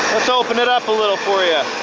let's open it up a little for ya.